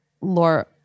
Laura